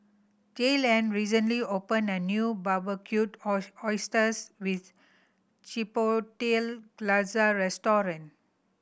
Jaylan recently opened a new Barbecued Oysters with Chipotle Glaze Restaurant